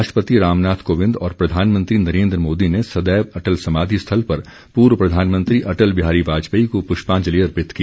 राष्ट्रपति रामनाथ कोविंद और प्रधानमंत्री नरेन्द्र मोदी ने सदैव अटल समाधि स्थल पर पूर्व प्रधानमंत्री अटल बिहारी वाजपेयी को पुष्पांजलि अर्पित की